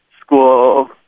school